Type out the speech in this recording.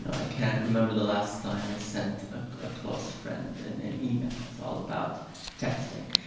i can't remember the last time i sent a ah close friend and an email. it's all about texting.